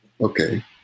okay